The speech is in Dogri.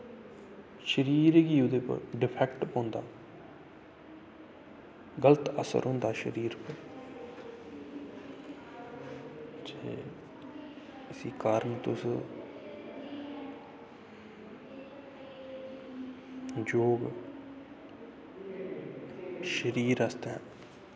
शरीर गी ओह्दे पर डिफैक्ट पौंदा गल्त असर होंदा शरीर पर ते इस कारन तुस योग शरीर आस्तै